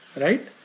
Right